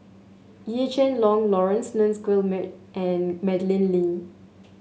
Yee Jenn Jong Laurence Nunns Guillemard and Madeleine Lee